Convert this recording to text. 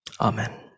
Amen